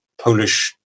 Polish